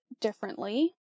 differently